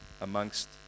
amongst